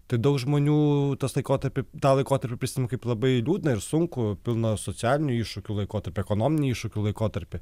tai daug žmonių tas laikotarpį tą laikotarpį prisimena kaip labai liūdną ir sunkų pilną socialinių iššūkių laikotarpį ekonominių iššūkių laikotarpį